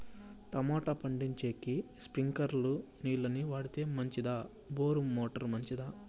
Tomato పండించేకి స్ప్రింక్లర్లు నీళ్ళ ని వాడితే మంచిదా బోరు మోటారు మంచిదా?